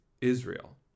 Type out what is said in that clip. Israel